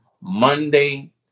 Monday